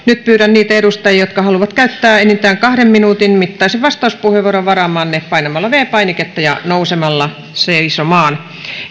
nyt pyydän niitä edustajia jotka haluavat käyttää enintään kahden minuutin mittaisen vastauspuheenvuoron varaamaan ne painamalla viides painiketta ja nousemalla seisomaan